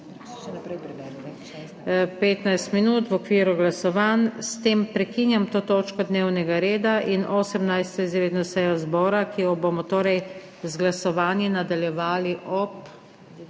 15 minut v okviru glasovanj. S tem prekinjam to točko dnevnega reda in 18. izredno sejo zbora, ki jo bomo torej z glasovanji nadaljevali ob